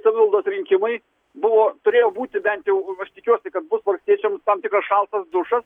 savivaldos rinkimai buvo turėjo būti bent jau aš tikiuosi kad bus valstiečiams tam tikras šaltas dušas